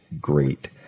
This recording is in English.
great